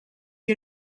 you